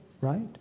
right